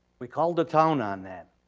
we called the town on that.